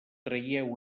traieu